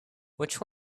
which